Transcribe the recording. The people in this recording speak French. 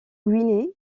guinée